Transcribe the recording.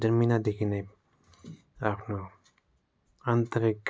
जन्मिँदादेखि नै आफ्नो आन्तरिक